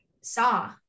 Saw